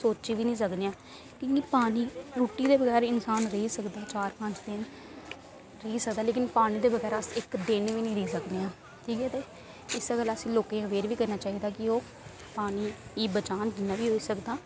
सोची बी निं सकने आं लेकिन पानी रुट्टी दे बगैर बंदा रेही सकदा चार पंज दिन रेही सकदा पर पानी दे बगैर पर इक दिन बी नेईं रेही सकने आं की के इस्सै गल्ला असें लोकें गी अवेयर बी करना चाहिदा लोकें गी की ओह् गी बचान जिन्ना बी होई सकदा